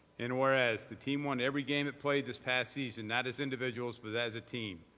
and whereas, the team won every game it played this past season not as individuals but as a team.